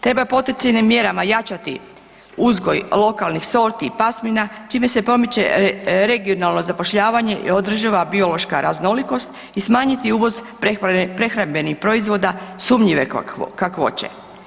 Treba poticajnim mjerama jačati uzgoj lokalnih sorti i pasmina čime se pomiče regionalno zapošljavanje i održiva biološka raznolikost i smanjiti uvoz prehrambenih proizvoda sumnjive kakvoće.